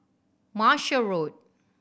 Martia Road